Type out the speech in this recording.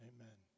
Amen